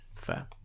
fair